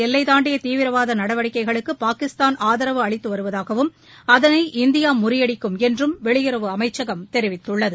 எல்லைதாண்டிய தீவிரவாத நடவடிக்கைகளுக்கு பாகிஸ்தான் ஆதரவு அளித்து வருவதாகவும் அதனை இந்தியா முறியடிக்கும் என்றும் வெளியுறவு அமைச்சகம் தெரிவித்துள்ளது